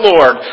Lord